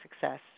success